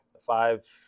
five